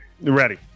ready